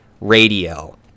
radio